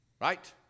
Right